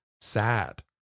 sad